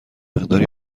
مقداری